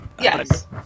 Yes